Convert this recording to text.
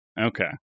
Okay